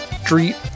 Street